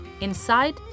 Inside